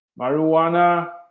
marijuana